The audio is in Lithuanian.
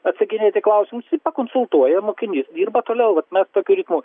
atsakinėt į klausimus jį pakonsultuoja ir mokinys dirba toliau vat mes tokiu ritmu